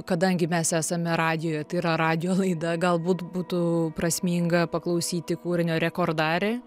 kadangi mes esame radijoje tai yra radijo laida galbūt būtų prasminga paklausyti kūrinio rekordarė